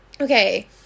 Okay